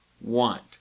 want